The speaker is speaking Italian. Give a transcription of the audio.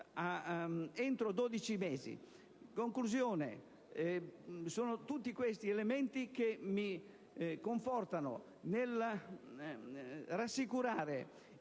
entro 12 mesi. In conclusione, tutti questi elementi mi confortano nel rassicurare